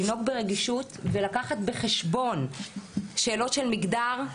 לנהוג ברגישות ולקחת בחשבון שאלות של מגדר,